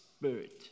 Spirit